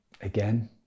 again